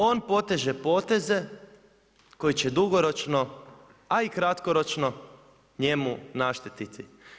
On poteže poteze koji će dugoročno, a i kratkoročno njemu naštetiti.